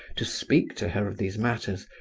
to speak to her of these matters,